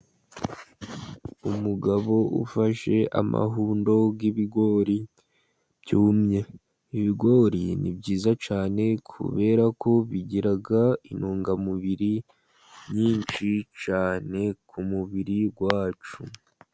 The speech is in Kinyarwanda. Umugabo ufashe amahundo y'ibigori byumye. Ibigori ni byiza cyane kubera ko bigira intungamubiri nyinshi cyane kumubiri wacu.